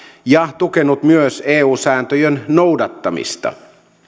ja tukenut myös eu sääntöjen noudattamista